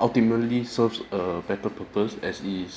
ultimately serves a better purpose as it is